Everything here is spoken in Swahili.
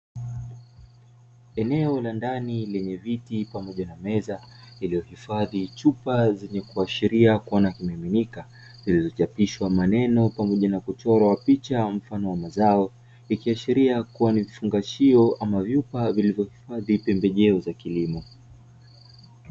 Eneo la ndani lenye viti pamoja na meza iliyohifadhi chupa zenye kuashiria kuwa na kimiminika, zilizochapishwa maneno pamoja na kuchorwa picha mfano wa mazao, ikiashiria kuwa ni vifungashio ama vyupa vilivyohifadhi pembejeo za kilimo.